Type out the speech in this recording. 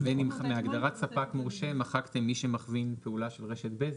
מהגדרת ספק מורשה מחקתם "מי שמכווין פעולה של רשת בזק",